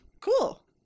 cool